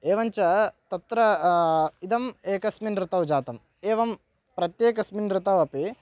एवञ्च तत्र इदम् एकस्मिन् ऋतौ जातम् एवं प्रत्येकस्मिन् ऋतौ अपि